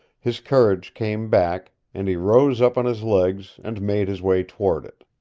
his courage came back, and he rose up on his legs, and made his way toward it.